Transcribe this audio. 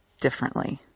differently